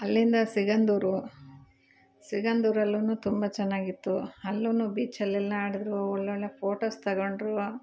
ಅಲ್ಲಿಂದ ಸಿಗಂದೂರು ಸಿಗಂದೂರಲ್ಲು ತುಂಬ ಚೆನ್ನಾಗಿತ್ತು ಅಲ್ಲು ಬೀಚಲ್ಲೆಲ್ಲ ಆಡಿದ್ರು ಒಳ್ಳೊಳ್ಳೆ ಫೋಟೋಸ್ ತಗೊಂಡ್ರು